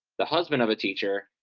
the husband of a teacher,